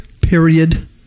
period